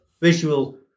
visual